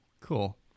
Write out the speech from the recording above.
Cool